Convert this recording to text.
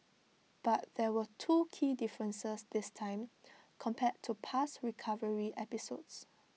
but there were two key differences this time compared to past recovery episodes